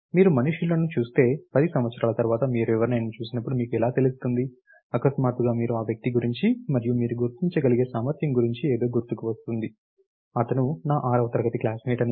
మీరు మనుష్యులను చూస్తే 10 సంవత్సరాల తర్వాత మీరు ఎవరినైనా చూసినప్పుడు మీకు ఎలా తెలుస్తుంది అకస్మాత్తుగా మీరు ఆ వ్యక్తి గురించి మరియు మీరు గుర్తించగలిగే సామర్థ్యం గురించి ఏదో గుర్తుకు వస్తుంది అతను నా ఆరవ తరగతి క్లాస్మేట్ అని